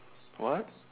what